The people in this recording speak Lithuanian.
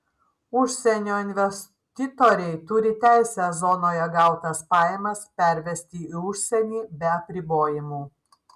užsienio investitoriai turi teisę zonoje gautas pajamas pervesti į užsienį be apribojimų